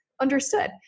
understood